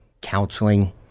counseling